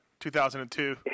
2002